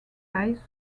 ice